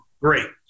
Great